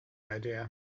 idea